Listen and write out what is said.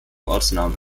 ortsnamen